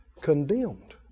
condemned